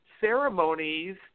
ceremonies